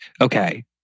Okay